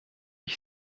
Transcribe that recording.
ich